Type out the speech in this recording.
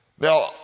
Now